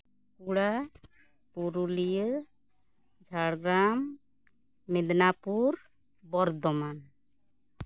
Bankura Purulia Jhargram Medinipur Bardhaman